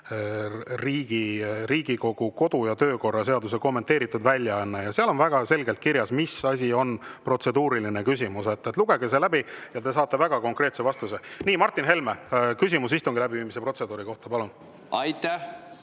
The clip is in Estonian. Riigikogu kodu‑ ja töökorra seaduse kommenteeritud väljaanne. Seal on väga selgelt kirjas, mis on protseduuriline küsimus. Lugege see läbi ja te saate väga konkreetse vastuse. Martin Helme, küsimus istungi läbiviimise protseduuri kohta, palun! Aitäh,